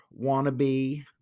wannabe